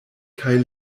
kaj